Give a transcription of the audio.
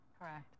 Correct